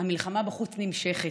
והמלחמה בחוץ נמשכת,